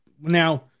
Now